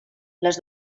les